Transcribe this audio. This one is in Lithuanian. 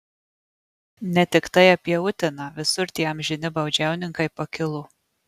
ne tiktai apie uteną visur tie amžini baudžiauninkai pakilo